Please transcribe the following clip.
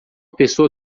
pessoa